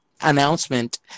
announcement